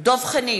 דב חנין,